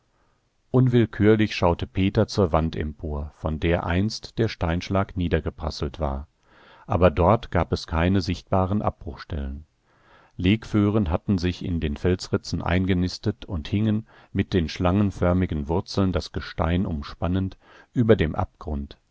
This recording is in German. unwillkürlich schaute peter zur wand empor von der einst der steinschlag niedergeprasselt war aber dort gab es keine sichtbaren abbruchstellen legföhren hatten sich in den felsritzen eingenistet und hingen mit den schlangenförmigen wurzeln das gestein umspannend über dem abgrund